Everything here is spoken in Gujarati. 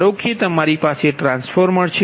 ધારો કે તમારી પાસે ટ્રાન્સફોર્મર છે